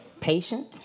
patient